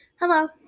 Hello